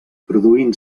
produint